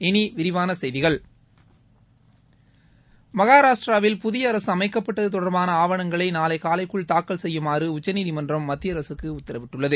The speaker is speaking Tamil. இனி விரிவான செய்திகள் மகாராஷ்டிராவில் புதிய அரசு அமைக்கப்பட்டது தொடர்பான ஆவணங்களை நாளை காலைக்குள் தாக்கல் செய்யுமாறு உச்சநீதிமன்றம் மத்திய அரசுக்கு உத்தரவிட்டுள்ளது